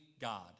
God